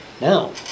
Now